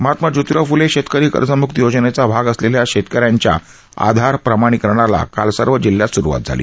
महात्मा जोतिराव फुले शेतकरी कर्जमुक्ती योजनेचा भाग असलेल्या शेतकऱ्यांच्या आधार प्रमाणीकरणाला काल सर्व जिल्ह्यात सुरुवात झाली